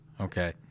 Okay